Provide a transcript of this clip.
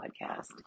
podcast